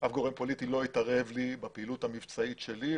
אף גורם פוליטי לא התערב לי בפעילות המבצעית שלי.